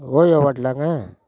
OYO ஹோட்டலாங்க